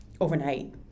overnight